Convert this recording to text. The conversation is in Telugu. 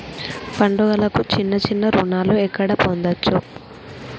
పండుగలకు చిన్న చిన్న రుణాలు ఎక్కడ పొందచ్చు?